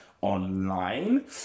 online